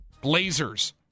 Blazers